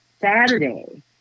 Saturday